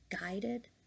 guided